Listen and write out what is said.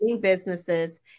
Businesses